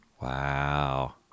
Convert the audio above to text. Wow